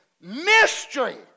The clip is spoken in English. Mystery